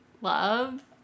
love